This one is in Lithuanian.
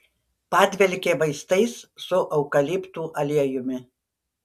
padvelkė vaistais su eukaliptų aliejumi